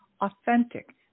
authentic